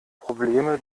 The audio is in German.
probleme